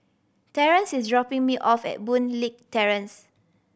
Terence is dropping me off at Boon Leat Terrace